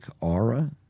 aura